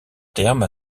terme